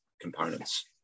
components